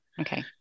okay